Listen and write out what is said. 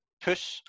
push